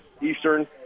Eastern